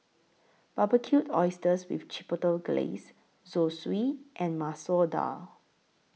Barbecued Oysters with Chipotle Glaze Zosui and Masoor Dal